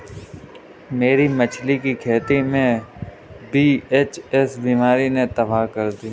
मेरी मछली की खेती वी.एच.एस बीमारी ने तबाह कर दी